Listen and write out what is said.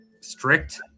strict